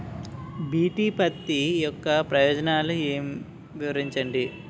BT పత్తి యొక్క ప్రయోజనాలను వివరించండి?